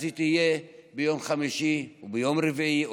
אז הם יהיו ביום חמישי וביום רביעי,